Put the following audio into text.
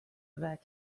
their